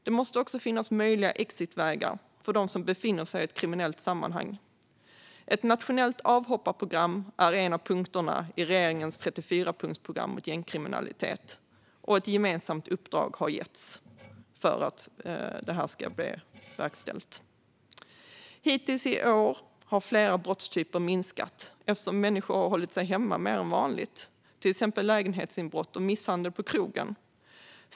Det måste också finnas möjliga exitvägar för dem som befinner sig i ett kriminellt sammanhang. Ett nationellt avhopparprogram är en punkt mot gängkriminalitet i regeringens 34-punktsprogram, och ett gemensamt uppdrag har getts för att det ska verkställas. Hittills i år har flera brottstyper minskat, till exempel lägenhetsinbrott och misshandel på krogen, eftersom människor hållit sig hemma mer än vanligt.